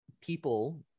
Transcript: people –